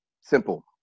simple